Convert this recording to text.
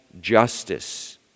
justice